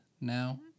now